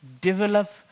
Develop